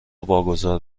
واگذار